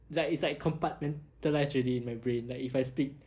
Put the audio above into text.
like it's like compartmentalized already my brain like if I speak